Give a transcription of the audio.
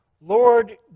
Lord